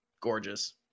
gorgeous